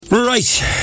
Right